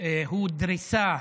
הוא דריסה